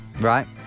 Right